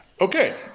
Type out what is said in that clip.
okay